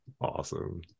Awesome